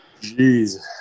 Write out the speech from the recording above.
Jeez